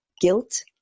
guilt